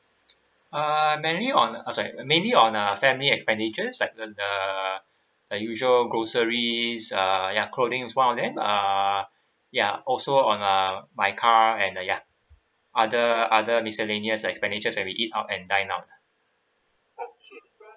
uh mainly on uh sorry mainly on uh family expenditures like the like usual groceries uh ya clothing's is one of them uh ya also on uh my car and ya other other miscellaneous expenditures when we eat out and dine out